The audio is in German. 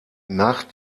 nach